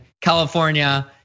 California